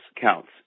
counts